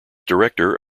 director